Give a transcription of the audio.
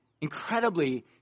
incredibly